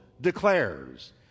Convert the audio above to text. declares